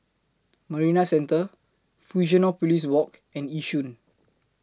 Marina Centre Fusionopolis Walk and Yishun